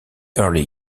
early